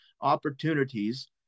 opportunities